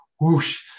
whoosh